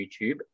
YouTube